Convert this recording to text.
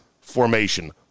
formation